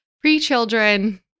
pre-children